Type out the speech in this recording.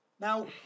Now